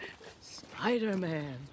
Spider-Man